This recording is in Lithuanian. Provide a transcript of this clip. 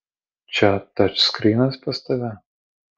čia tačskrynas pas tave